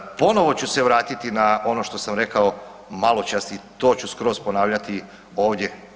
Ponovo ću se vratiti na ono što sam rekao maločas i to ću skroz ponavljati ovdje.